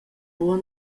buc